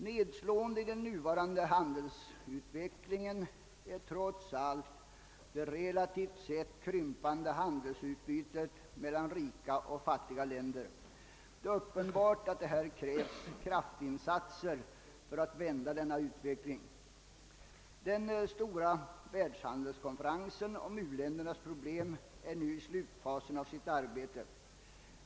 Nedslående i den nuvarande handelsutvecklingen är trots allt det relativt sett krympande handelsutbytet mellan rika och fattiga länder. Det är uppenbart att det krävs kraftinsatser för att vända denna utveckling. Den stora världshandelskonferensen om u-ländernas problem befinner sig nu i slutfasen av sitt arbete.